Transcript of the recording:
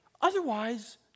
Otherwise